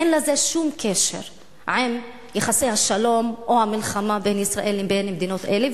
אין לזה שום קשר עם יחסי השלום או המלחמה בין ישראל לבין מדינות אלה.